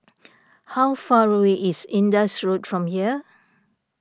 how far away is Indus Road from here